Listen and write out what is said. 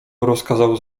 rozkazał